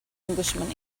englishman